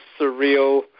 surreal